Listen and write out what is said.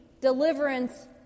deliverance